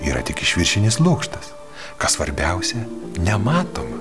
yra tik išviršinis lukštas kas svarbiausia nematoma